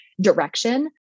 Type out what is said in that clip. direction